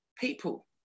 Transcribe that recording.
people